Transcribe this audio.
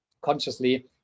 consciously